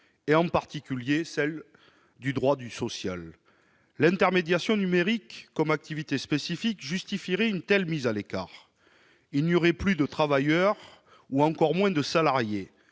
en particulier celles du droit du social. « L'intermédiation numérique » comme activité spécifique justifierait une telle mise à l'écart : il y aurait non plus des « travailleurs », encore moins des « salariés